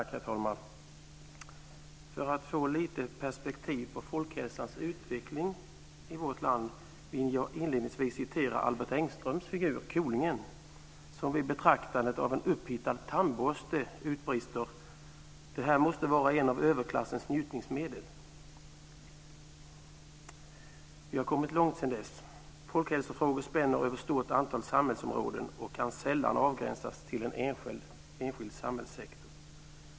Herr talman! För att få lite perspektiv på folkhälsans utveckling i vårt land vill jag inledningsvis citera Albert Engströms figur Kolingen, som vid betraktandet av en upphittad tandborste utbrister: Det här måste vara ett av överklassens njutningsmedel. Vi har kommit långt sedan dess. Folkhälsofrågor spänner över ett stort antal samhällsområden och kan sällan avgränsas till en enskild samhällssektor.